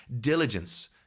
Diligence